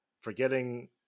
forgetting